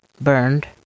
burned